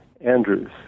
Andrews